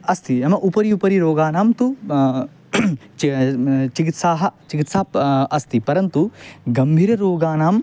अस्ति नाम उपरि उपरि रोगाणां तु चिकित्साः चिकित्सापि अस्ति परन्तु गम्भीर रोगाणां